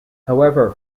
however